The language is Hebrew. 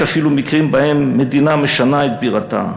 יש אפילו מקרים שבהם מדינה משנה את בירתה.